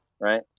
Right